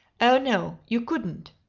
oh, no, you couldn't!